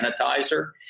sanitizer